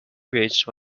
bridge